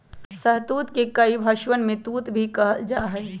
शहतूत के कई भषवन में तूत भी कहल जाहई